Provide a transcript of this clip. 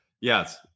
Yes